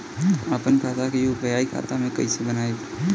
आपन खाता के यू.पी.आई खाता कईसे बनाएम?